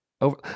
over